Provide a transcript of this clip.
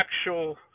actual